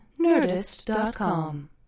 nerdist.com